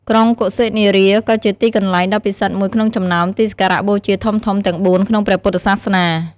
ក្រុងកុសិនារា ក៏ជាទីកន្លែងដ៏ពិសិដ្ឋមួយក្នុងចំណោមទីសក្ការបូជាធំៗទាំងបួនក្នុងព្រះពុទ្ធសាសនា។